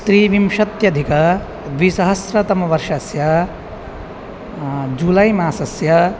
त्रिविंशत्यधिकद्विसहस्रतमवर्षस्य जुलै मासस्य